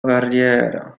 carriera